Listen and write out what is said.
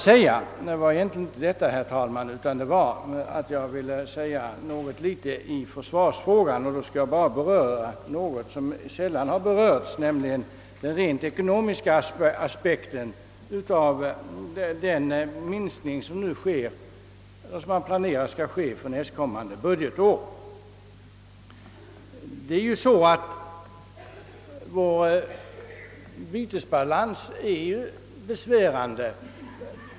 Det var egentligen inte detta, herr talman, som jag ville ta upp, 'utan jag ville närmast säga några ord om försvarsfrågan. Jag skall därvid: gå in på något som sällan har berörts i detta sammanhang, nämligen den rent ekonomiska aspekten av den minskning vilken nu är planerad för nästkommande budgetår. Vår bytesbalans är just nu besvärande.